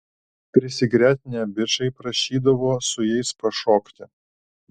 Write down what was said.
prisigretinę bičai prašydavo su jais pašokti